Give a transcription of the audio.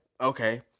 Okay